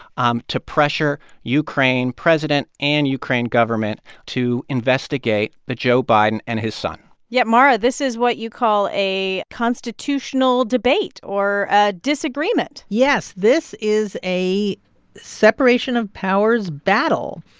um to pressure ukraine president and ukraine government to investigate joe biden and his son yet, mara, this is what you call a constitutional debate or ah disagreement yes, this is a separation of powers battle.